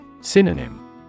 Synonym